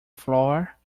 floor